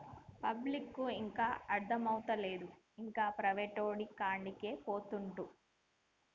పబ్లిక్కు ఇంకా అర్థమైతలేదు, ఇంకా ప్రైవేటోనికాడికే పోతండు